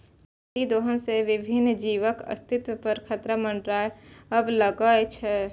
अतिदोहन सं विभिन्न जीवक अस्तित्व पर खतरा मंडराबय लागै छै